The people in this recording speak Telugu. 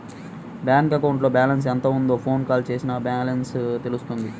బ్యాంక్ అకౌంట్లో బ్యాలెన్స్ ఎంత ఉందో ఫోన్ కాల్ చేసినా బ్యాలెన్స్ తెలుస్తుంది